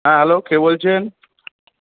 হ্যাঁ হ্যালো কে বলছেন